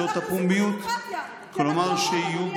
ואנחנו עושים פה דמוקרטיה כי אנחנו